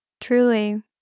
Truly